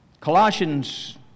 Colossians